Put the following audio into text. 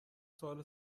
سوال